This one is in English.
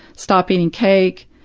stop eating cake,